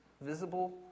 visible